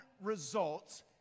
results